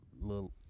little